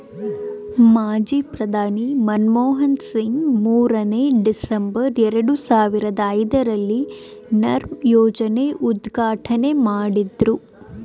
ಮಾಜಿ ಪ್ರಧಾನಿ ಮನಮೋಹನ್ ಸಿಂಗ್ ಮೂರನೇ, ಡಿಸೆಂಬರ್, ಎರಡು ಸಾವಿರದ ಐದರಲ್ಲಿ ನರ್ಮ್ ಯೋಜನೆ ಉದ್ಘಾಟನೆ ಮಾಡಿದ್ರು